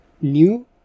new